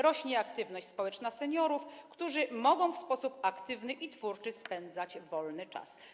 Rośnie aktywność społeczna seniorów, którzy mogą w sposób aktywny i twórczy spędzać wolny czas.